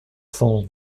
cent